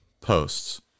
posts